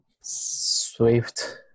Swift